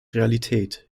realität